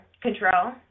control